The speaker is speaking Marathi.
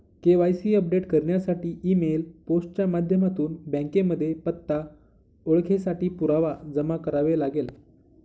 के.वाय.सी अपडेट करण्यासाठी ई मेल, पोस्ट च्या माध्यमातून बँकेमध्ये पत्ता, ओळखेसाठी पुरावा जमा करावे लागेल